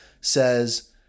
says